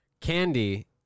Candy